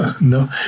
no